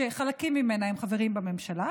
שחלקים ממנה הם חברים בממשלה,